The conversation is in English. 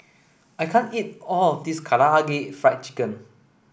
I can't eat all of this Karaage Fried Chicken